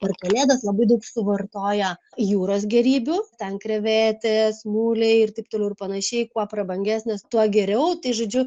per kalėdas labai daug suvartoja jūros gėrybių ten krevetės muliai ir taip toliau ir panašiai kuo prabangesnės tuo geriau tai žodžiu